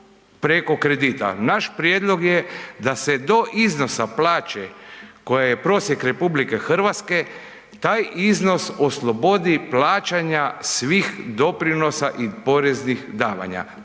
Naš prijedlog je da se do iznosa plaće koja je prosjek RH, taj iznos oslobodi plaćanja svih doprinosa i poreznih davanja,